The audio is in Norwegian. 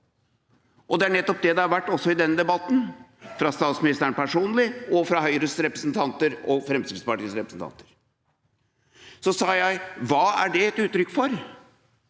og det er nettopp det det har vært også i denne debatten fra statsministeren personlig og fra Høyres og Fremskrittspartiets representanter. Så sa jeg: Hva er det et uttrykk for?